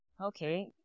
Okay